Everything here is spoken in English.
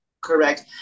Correct